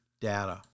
data